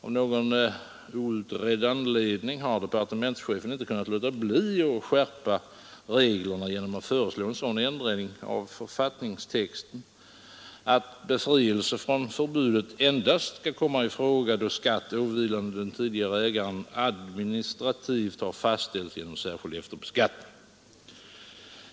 Av någon outredd anledning har departementschefen inte kunnat låta bli att skärpa reglerna genom att föreslå en sådan ändring av författningstexten att befrielse från körförbudet endast skall komma i fråga, då skatt åvilande den tidigare ägaren administrativt fastställts genom särskild efterbeskattning.